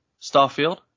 Starfield